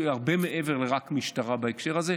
זה הרבה מעבר לרק משטרה בהקשר הזה.